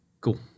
Cool